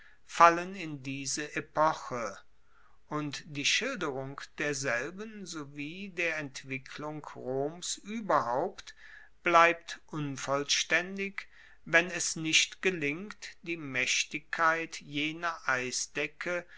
fallen in diese epoche und die schilderung derselben sowie der entwicklung roms ueberhaupt bleibt unvollstaendig wenn es nicht gelingt die maechtigkeit jener eisdecke